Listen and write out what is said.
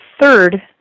Third